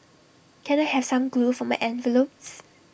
can I have some glue for my envelopes